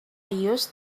used